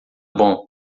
bom